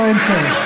או אין צורך?